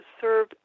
serve